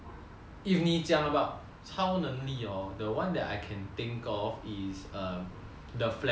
if 你讲 about 超能力 hor the one that I can think of is err the flash